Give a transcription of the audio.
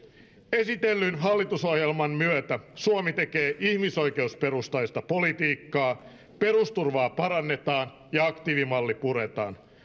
esitellyn hallitusohjelman myötä suomi tekee ihmisoikeusperustaista politiikkaa perusturvaa parannetaan ja aktiivimalli puretaan